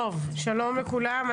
שלום לכולם.